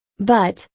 but,